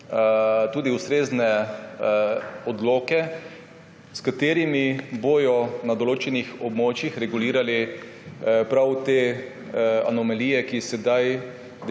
ustrezne odloke, s katerimi bodo na določenih območjih regulirali prav te anomalije, ki jih sedaj